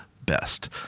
best